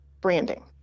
branding